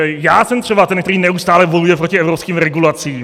Já jsem třeba ten, který neustále bojuje proti evropským regulacím.